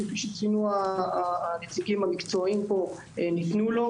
כפי שציינו הנציגים המקצועיים פה ניתנו לו.